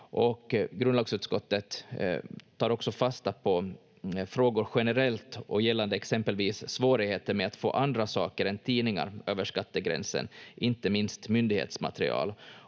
Grundlagsutskottet tar också fasta på frågor generellt, gällande exempelvis svårigheter med att få andra saker än tidningar över skattegränsen, inte minst myndighetsmaterial,